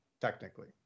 technically